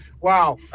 Wow